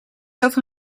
over